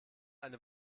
eine